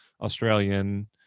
Australian